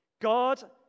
God